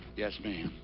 yes, ma'am.